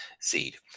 seed